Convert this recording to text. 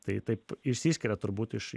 tai taip išsiskiria turbūt iš